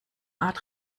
art